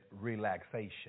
relaxation